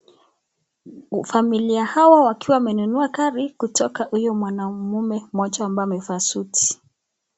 Familia hawa wakiwa wamenunua gari kutoka kwa huyu mwanaume mmoja ambaye amevaa suti.